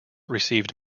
received